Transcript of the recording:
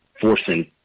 forcing